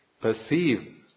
perceive